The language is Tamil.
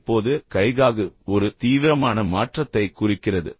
இப்போது கைக்காகு ஒரு தீவிரமான மாற்றத்தைக் குறிக்கிறது